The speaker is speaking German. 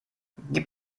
gibt